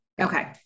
Okay